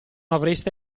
avreste